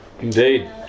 Indeed